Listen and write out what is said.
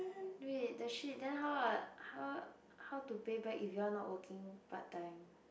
wait then the shit how how how to pay back you all are not working part time